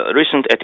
recent